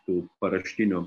tų paraštinių